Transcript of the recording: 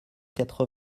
quatre